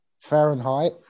Fahrenheit